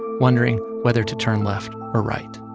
wondering whether to turn left or right